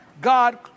God